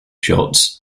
shots